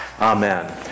Amen